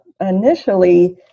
Initially